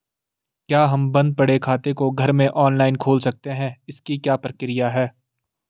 क्या हम बन्द पड़े खाते को घर में ऑनलाइन खोल सकते हैं इसकी क्या प्रक्रिया है?